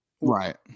Right